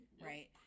Right